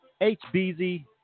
hbz